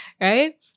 right